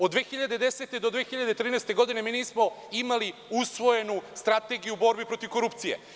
Od 2010. do 2013. godine nismo imali usvojenu Strategiju borbe protiv korupcije.